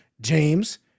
James